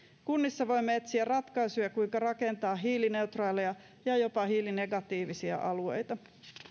kunnissa voimme etsiä ratkaisuja kuinka rakentaa hiilineutraaleja ja jopa hiilinegatiivisia alueita